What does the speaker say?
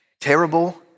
Terrible